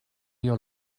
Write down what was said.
your